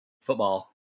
football